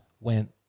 went